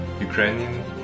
Ukrainian